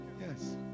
Yes